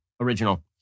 original